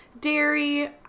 dairy